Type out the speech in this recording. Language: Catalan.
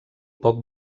poc